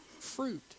fruit